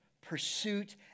pursuit